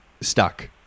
stuck